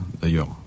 d'ailleurs